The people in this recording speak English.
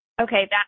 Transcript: Okay